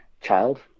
child